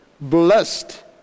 blessed